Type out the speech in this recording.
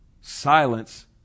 Silence